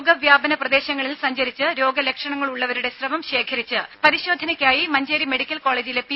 രോഗവ്യാപന പ്രദേശങ്ങളിൽ സഞ്ചരിച്ച് രോഗലക്ഷണങ്ങളുള്ളവരുടെ സ്രവം ശേഖരിച്ച് പരിശോധനയ്ക്കായി മഞ്ചേരി മെഡിക്കൽ കോളേജിലെ പി